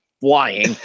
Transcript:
flying